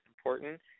important